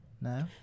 no